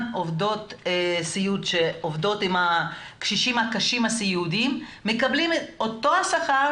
עובדות סיעוד שעובדות עם הקשישים הסיעודיים הקשים מקבלות אותו שכר